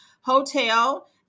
Hotel